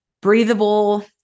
breathable